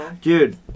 Dude